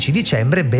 dicembre